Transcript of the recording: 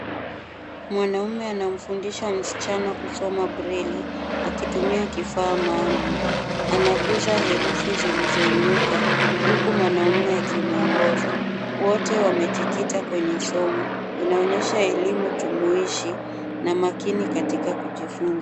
Mwanaume anamfundisha msichana kusoma breille akitumia kifaa maalum. Anaguza herufi zilizoinuka huku mwanaume akimuongoza. Wote wamejikita kwenye somo. Inaonyesha elimu jumuishi na makini katika kujifunza.